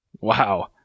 Wow